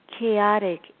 chaotic